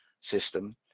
system